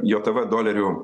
jav dolerių